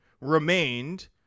remained